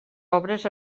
obres